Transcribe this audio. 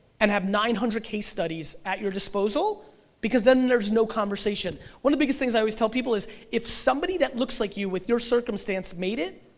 and have nine hundred case studies at your disposal because then there's no conversations, one of the biggest things i always tell people is is somebody that looks like you with your circumstance made it,